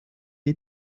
die